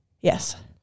Yes